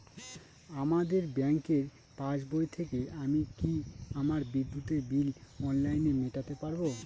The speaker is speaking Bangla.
আপনাদের ব্যঙ্কের পাসবই থেকে আমি কি আমার বিদ্যুতের বিল অনলাইনে মেটাতে পারবো?